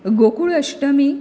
Gokul अश्टमीक